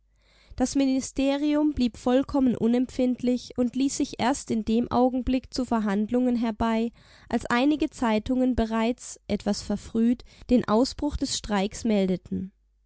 das ministerium blieb vollkommen unempfindlich und ließ sich erst in dem augenblick zu verhandlungen herbei als einige zeitungen bereits etwas verfrüht den ausbruch des streiks meldeten